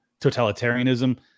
totalitarianism